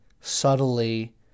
subtly